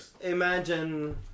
imagine